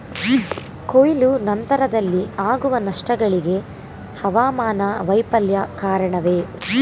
ಕೊಯ್ಲು ನಂತರದಲ್ಲಿ ಆಗುವ ನಷ್ಟಗಳಿಗೆ ಹವಾಮಾನ ವೈಫಲ್ಯ ಕಾರಣವೇ?